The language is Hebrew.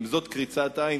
אם זאת קריצת עין,